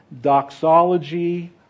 doxology